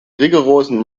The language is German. rigorosen